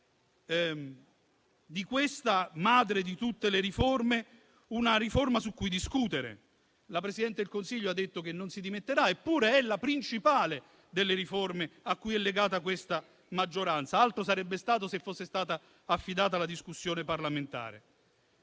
di questa madre di tutte le riforme, una riforma su cui discutere. La Presidente del Consiglio ha detto che non si dimetterà, eppure è la principale delle riforme a cui è legata questa maggioranza. Altro sarebbe stato se fosse stata affidata alla discussione parlamentare.